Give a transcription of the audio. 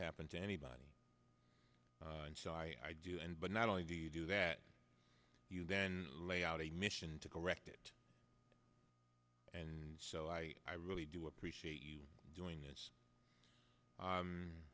happen to anybody and so i do and but not only do you do that you then lay out a mission to correct it and so i i really do appreciate you doing this